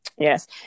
Yes